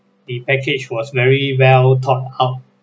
the package was very well thought out